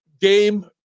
game